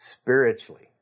spiritually